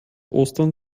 ostern